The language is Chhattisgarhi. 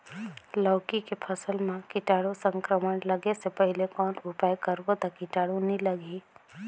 लौकी के फसल मां कीटाणु संक्रमण लगे से पहले कौन उपाय करबो ता कीटाणु नी लगही?